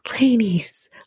ladies